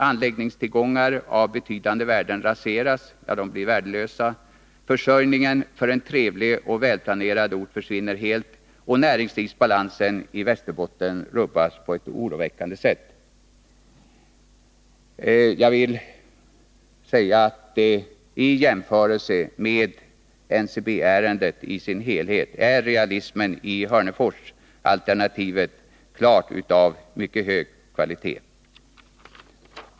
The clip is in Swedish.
Anläggningstillgångar av betydande storlek blir värdelösa, försörjningen för en trevlig och välplanerad ort försvinner helt och näringslivsbalansen i Västerbotten rubbas på ett oroväckande sätt. I jämförelse med realismen i NCB-ärendet i dess helhet är realismen i Hörneforsalternativet av mycket hög kvalitet.